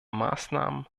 maßnahmen